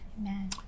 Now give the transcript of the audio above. Amen